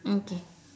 okay